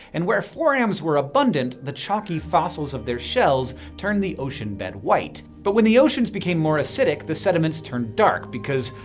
and where forams were abundant, the chalky fossils of their shells turned the ocean bed white. but when the oceans became more acidic, the sediments turned dark. because,